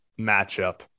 matchup